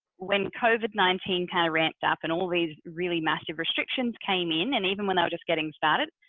when covid nineteen kind of ramped up and all these really massive restrictions came in and even without just getting started.